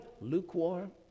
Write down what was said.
lukewarm